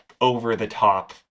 over-the-top